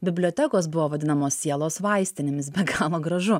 bibliotekos buvo vadinamos sielos vaistinėmis be galo gražu